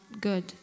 good